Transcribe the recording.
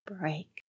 break